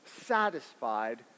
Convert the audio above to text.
satisfied